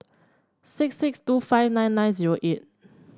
six six two five nine nine zero eight